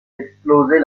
exploser